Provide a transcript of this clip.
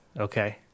Okay